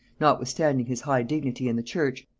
notwithstanding his high dignity in the church,